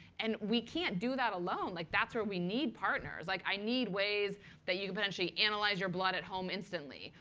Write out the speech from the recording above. and we can't do that alone. like that's where we need partners. like i need ways that you could potentially analyze your blood at home instantly,